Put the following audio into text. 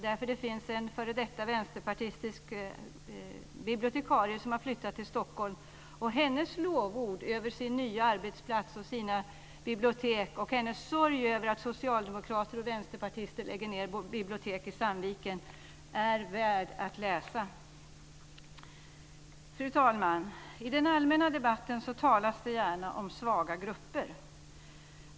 Det finns nämligen en f.d. vänsterpartistisk bibliotekarie som har flyttat till Stockholm, och hennes lovord över sin nya arbetsplats, sina bibliotek och hennes sorg över att socialdemokrater och vänsterpartister lägger ned bibliotek i Sandviken är värda att läsa. Fru talman! I den allmänna debatten talas det gärna om svaga grupper.